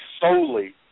solely